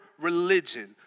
religion